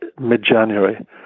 mid-January